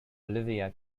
olivia